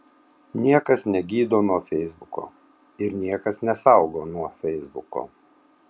niekas negydo nuo feisbuko ir niekas nesaugo nuo feisbuko